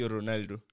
Ronaldo